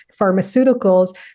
pharmaceuticals